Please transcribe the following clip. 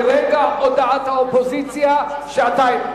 מרגע הודעת האופוזיציה שעתיים.